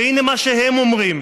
והינה מה שהם אומרים,